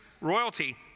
royalty